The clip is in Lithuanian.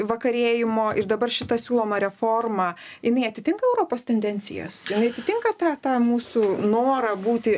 vakarėjimo ir dabar šita siūloma reforma jinai atitinka europos tendencijas atitinka tą tą mūsų norą būti